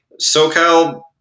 SoCal